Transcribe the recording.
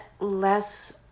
less